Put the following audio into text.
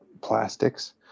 plastics